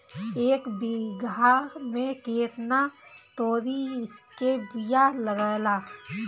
एक बिगहा में केतना तोरी के बिया लागेला?